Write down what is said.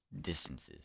distances